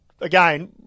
again